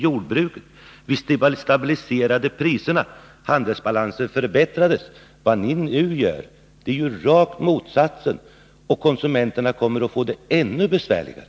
jordbruket, vi stabiliserade priserna, och handelsbalansen förbättrades. Vad ni nu gör är raka motsatsen, och konsumenterna kommer att få det ännu besvärligare.